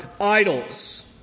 idols